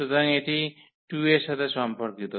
সুতরাং এটি 2 এর সঙ্গে সম্পর্কিত